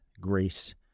grace